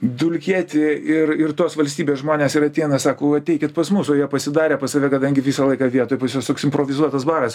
dulkėti ir ir tos valstybės žmonės ir ateina sako ateikit pas mus o jie pasidarę pas save kadangi visą laiką vietoj pas tai juos toks improvizuotas baras